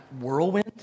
whirlwind